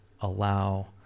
allow